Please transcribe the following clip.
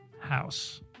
house